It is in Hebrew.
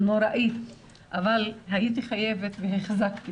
אבל הייתי חייבת והחזקתי